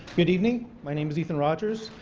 good evening my name is ethan rogers,